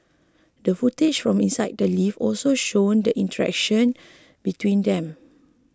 the footage from inside the lift also showed the interaction between them